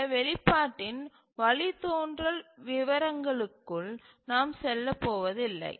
இந்த வெளிப்பாட்டின் வழித்தோன்றல் விவரங்களுக்குள் நாம் செல்ல போவதில்லை